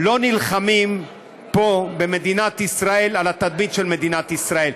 לא נלחמים פה במדינת ישראל על התדמית של מדינת ישראל.